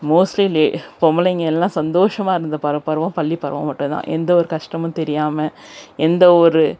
mostly லே பொம்பளைங்க எல்லாம் சந்தோஷமாக இருந்த பர பருவம் பள்ளி பருவம் மட்டும் தான் எந்த ஒரு கஷ்டமும் தெரியாமல் எந்த ஒரு